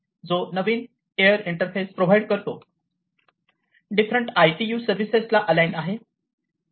जो नवीन air interface provide करतो डिफरंट ITU सर्विसेस ला अलाईन आहे